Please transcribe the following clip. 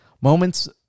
Moments